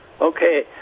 Okay